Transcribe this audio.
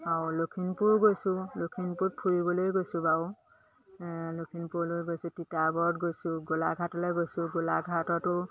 আৰু লখিমপুৰো গৈছোঁ লখিমপুৰত ফুৰিবলৈ গৈছোঁ বাৰু লখিমপুৰলৈ গৈছোঁ তিতাবৰত গৈছোঁ গোলাঘাটলৈ গৈছোঁ গোলাঘাটতো